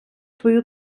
твою